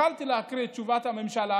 יכולתי להקריא את תשובת הממשלה